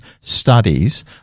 studies